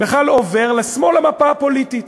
בכלל עובר לשמאל במפה הפוליטית: